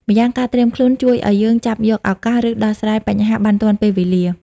ម្យ៉ាងការត្រៀមខ្លួនជួយឱ្យយើងចាប់យកឱកាស ឬដោះស្រាយបញ្ហាបានទាន់ពេលវេលា។